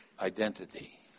identity